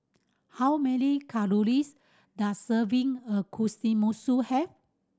how many calories does a serving of have